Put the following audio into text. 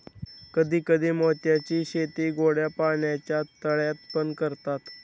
कधी कधी मोत्यांची शेती गोड्या पाण्याच्या तळ्यात पण करतात